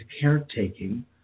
caretaking